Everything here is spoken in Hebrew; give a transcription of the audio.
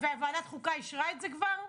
וועדת חוקה אישרה את זה כבר?